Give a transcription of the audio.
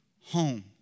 home